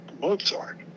Mozart